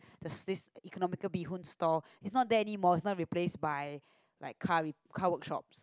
there's this economical bee-hoon stall is not there anymore is now replaced by like car work car workshops